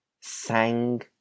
sang